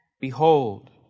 Behold